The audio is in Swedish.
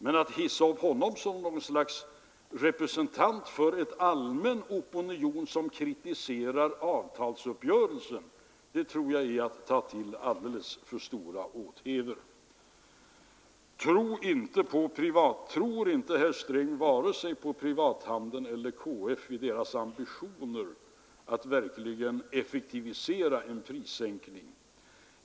Men att hissa upp honom som något slags representant för en allmän opinion, som kritiserar avtalsuppgörelsen, tror jag är att ta till alldeles för stora åthävor. Tror inte herr Sträng på vare sig den privata handeln eller KF i deras ambitioner att verkligen effektuera en prissänkning, frågades det.